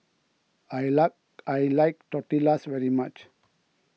I like I like Tortillas very much